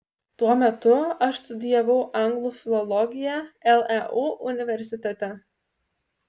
tuo metu aš studijavau anglų filologiją leu universitete